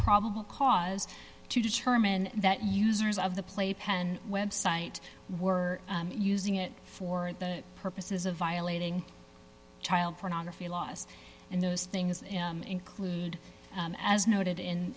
probable cause to determine that users of the playpen website were using it for the purposes of violating child pornography laws and those things include as noted in